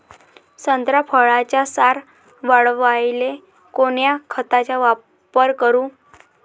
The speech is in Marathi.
संत्रा फळाचा सार वाढवायले कोन्या खताचा वापर करू?